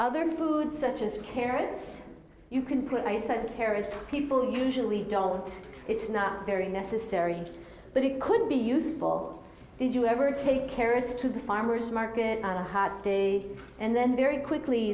other food such as carrots you can put ice on carrots people usually don't it's not very necessary but it could be useful if you ever take carrots to the farmer's market on a hot day and then very quickly